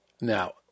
Now